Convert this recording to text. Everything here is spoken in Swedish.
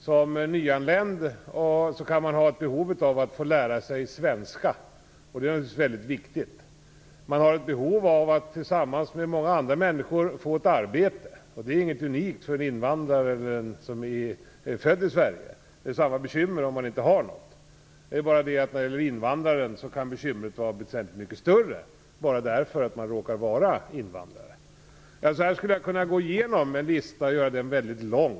Som nyanländ kan man ha behov av att få lära sig svenska, vilket naturligtvis är väldigt viktigt. Man har behov av att tillsammans med många andra människor få ett arbete. Det är inte något som är unikt för en invandrare eller för en som är född i Sverige. Bekymret är detsamma för dem som inte har ett arbete. Det är bara det att bekymret kan vara väsentligt mycket större för en invandrare bara därför att man råkar vara invandrare. Så här skulle listan kunna göras väldigt lång.